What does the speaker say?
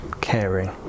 caring